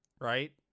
Right